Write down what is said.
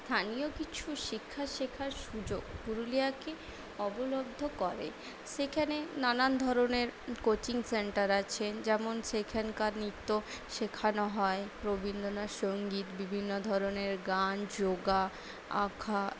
স্থানীয় কিছু শিক্ষা শেখার সুযোগ পুরুলিয়াকে অবলব্ধ করে সেখানে নানান ধরনের কোচিং সেন্টার আছেন যেমন সেখানকার নিত্য শেখানো হয় রবীন্দ্রনাথ সঙ্গীত বিভিন্ন ধরনের গান যোগা আঁকা